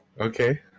Okay